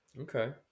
Okay